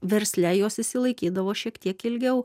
versle jos išsilaikydavo šiek tiek ilgiau